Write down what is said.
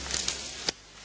Hvala